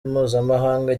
mpuzamahanga